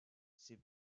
ses